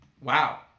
Wow